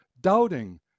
doubting